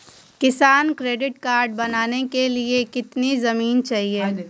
किसान credit card बनाने के लिए कितनी जमीन चाहिए?